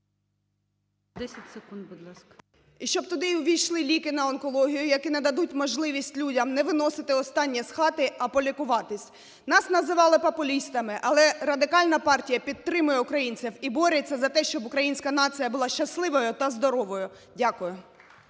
10 секунд, будь ласка. ЗАРУЖКО В.Л. …і щоб туди ввійшли ліки на онкологію, які нададуть можливість людям не виносити останнє з хати, а полікуватись. Нас називали популістами, але Радикальна партія підтримує українців і бореться за те, щоб українська нація була щасливою та здоровою. Дякую.